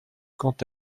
quant